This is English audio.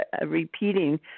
repeating